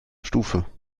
stufe